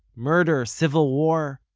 murder, civil war.